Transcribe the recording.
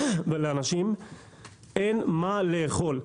ולאנשים אין מה לאכול,